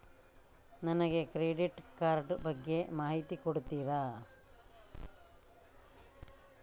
ನನಗೆ credit card ಬಗ್ಗೆ ಮಾಹಿತಿ ಕೊಡುತ್ತೀರಾ?